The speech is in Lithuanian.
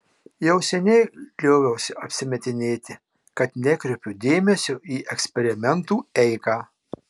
jau seniai lioviausi apsimetinėti kad nekreipiu dėmesio į eksperimentų eigą